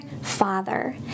Father